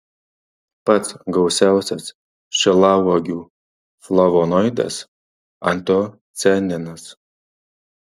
pats gausiausias šilauogių flavonoidas antocianinas